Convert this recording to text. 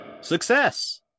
success